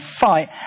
fight